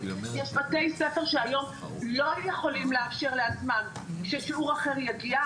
יש בתי ספר שהיום לא יכולים לאפשר לעצמם ששיעור אחר יגיע,